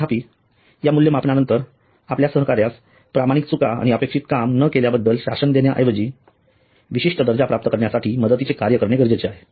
तथापि या मूल्यमापना नंतर आपल्या सहकाऱ्यास प्रामाणिक चुका आणि अपेक्षित काम न केल्याबद्दल शासन देण्याऐवजी विशिष्ट दर्जा प्राप्त करण्यासाठीच्या मदतीचे कार्य करणे गरजेचे आहे